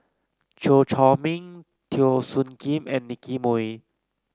Chew Chor Meng Teo Soon Kim and Nicky Moey